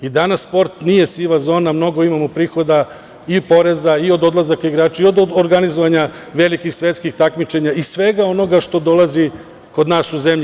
Danas sport nije siva zona, mnogo imamo prihoda i poreza i od odlazaka igrača i od organizovanja velikih svetskih takmičenja i svega onoga što dolazi kod nas u zemlju.